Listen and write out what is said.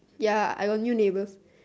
ya I got new neighbor